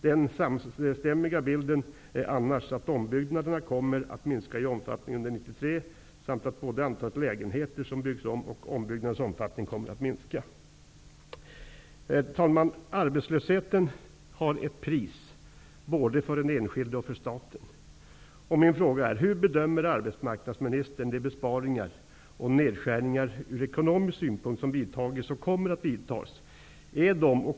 Den samstämmiga bilden är annars att ombyggnaderna kommer att minska i omfattning under 1993 samt att både antalet lägenheter som byggs om och ombyggnadernas omfattning kommer att minska. Herr talman! Arbetslösheten har ett pris både för den enskilde och för staten. Min fråga är: Hur bedömer arbetsmarknadsministern de besparingar och nedskärningar ur ekonomisk synvinkel som vidtagits och som kommer att vidtas?